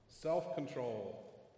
self-control